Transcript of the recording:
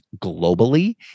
globally